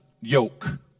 yoke